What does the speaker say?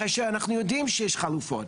כאשר אנחנו יודעים שישנן חלופות.